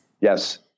Yes